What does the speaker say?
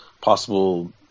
possible